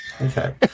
Okay